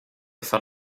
felt